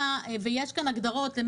כאן.